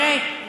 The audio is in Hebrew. תראה.